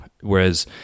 whereas